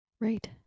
Right